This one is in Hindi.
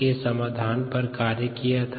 के समाधान पर कार्य किया था